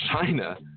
China